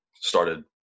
started